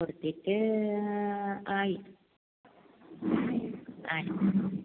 കൊടുത്തിട്ട് ആയി ആ